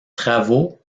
travaux